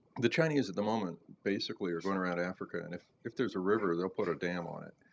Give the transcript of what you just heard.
the chinese at the moment basically are going around africa, and if if there's a river, they'll put a dam on it.